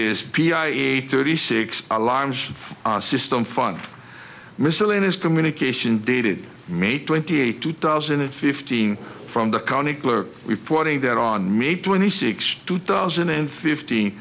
is p i eight thirty six alarms system fund miscellaneous communication dated may twenty eighth two thousand and fifteen from the county clerk reporting that on may twenty sixth two thousand and fifteen